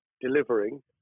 delivering